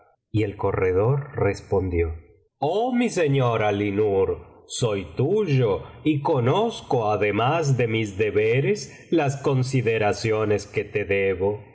y el corredor respondió oh mi señor alínur soy tuyo y conozco además de mis deberes las consideraciones que te debo